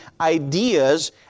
ideas